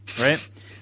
right